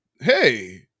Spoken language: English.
hey